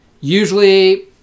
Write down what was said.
Usually